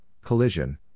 Collision